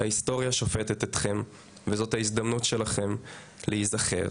ההיסטוריה שופטת אתכם וזאת ההזדמנות שלכם להיזכר